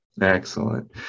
Excellent